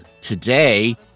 today